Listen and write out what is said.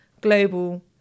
global